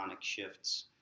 shifts